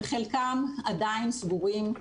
בחלקם עדיין סגורים,